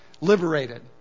liberated